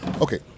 Okay